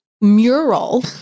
mural